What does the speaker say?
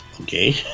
okay